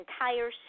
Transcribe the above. entire